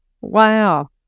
Wow